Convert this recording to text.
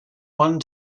one